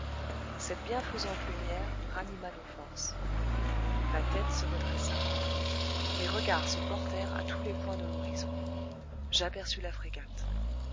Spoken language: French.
cette bienfaisante lumière ranima nos forces ma tête se redressa mes regards se portèrent à tous les points de l'horizon j'aperçus la frégate